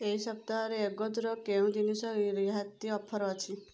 ଏହି ସପ୍ତାହରେ ଏଗୋଜ୍ର କେଉଁ ଜିନିଷରେ ରିହାତି ଅଫର୍ ଅଛି